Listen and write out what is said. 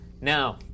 Now